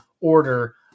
order